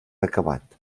acabat